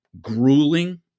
grueling